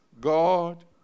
God